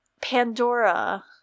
Pandora